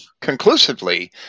conclusively